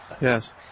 Yes